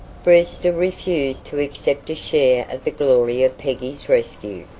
brewster refused to accept a share of the glory of peggy's rescue,